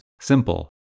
simple